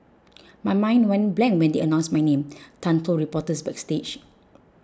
my mind went blank when they announced my name Tan told reporters backstage